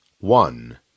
One